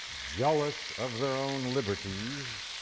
jealous of their own liberties,